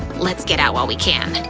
let's get out while we can.